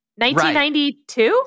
1992